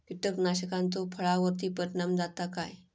कीटकनाशकाचो फळावर्ती परिणाम जाता काय?